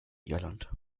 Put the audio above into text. irland